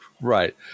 Right